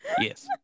Yes